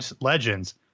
Legends